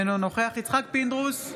אינו נוכח יצחק פינדרוס,